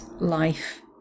life